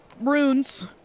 runes